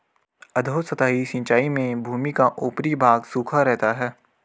अधोसतही सिंचाई में भूमि का ऊपरी भाग सूखा रहता है